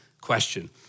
question